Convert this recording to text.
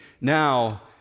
Now